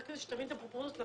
רק שתבין את הפרופורציה.